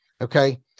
Okay